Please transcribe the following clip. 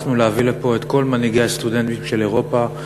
להביא לפה את כל מנהיגי הסטודנטים של אירופה,